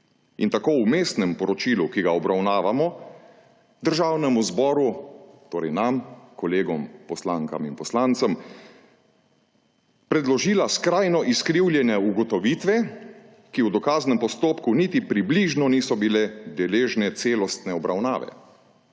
in tako v vmesnem poročilu, ki ga obravnavamo, Državnemu zboru, torej nam kolegom poslankam in poslancem, predložila skrajno izkrivljene ugotovitve, ki v dokaznem postopku niti približno niso bile deležne celostne obravnave.